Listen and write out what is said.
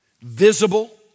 visible